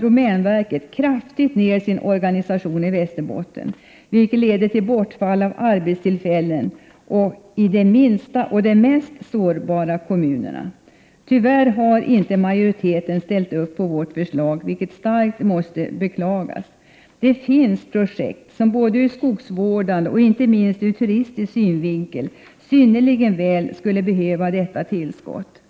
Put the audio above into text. domänverket drar nu kraftigt ner sin organisation i Västerbotten, vilket leder till bortfall av arbetstillfällen i de minsta och mest sårbara kommunerna. Tyvärr har inte majoriteten ställt upp på vårt förslag, vilket starkt måste beklagas. Det finns projekt som ur skogsvårdande och inte minst ur turistisk synvinkel synnerligen väl skulle behöva detta tillskott.